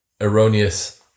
erroneous